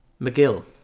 McGill